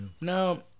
No